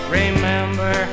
remember